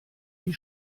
die